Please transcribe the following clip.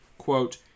quote